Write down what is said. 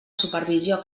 supervisió